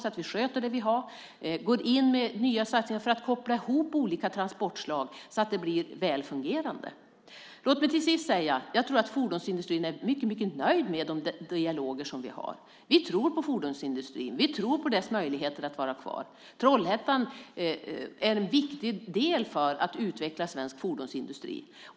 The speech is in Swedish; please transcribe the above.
Vi tar hand om det vi har och går in med nya satsningar för att kunna koppla ihop olika transportslag så att de blir välfungerande. Låt mig slutligen säga att jag tror att fordonsindustrin är mycket nöjd med den dialog vi för. Vi tror på fordonsindustrin. Vi tror på dess möjligheter att finnas kvar. Trollhättan är en viktig del i att utveckla svensk fordonsindustri.